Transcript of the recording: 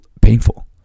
painful